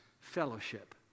fellowship